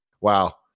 wow